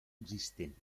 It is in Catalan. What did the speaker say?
existent